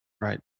Right